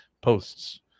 posts